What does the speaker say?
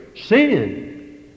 sin